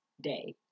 day